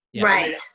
Right